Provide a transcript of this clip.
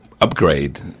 upgrade